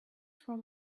from